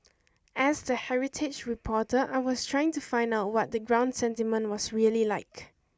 as the heritage reporter I was trying to find out what the ground sentiment was really like